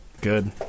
good